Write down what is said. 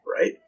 right